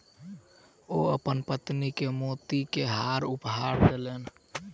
ओ अपन पत्नी के मोती के हार उपहार देलैन